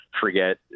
forget